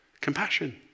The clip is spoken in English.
Compassion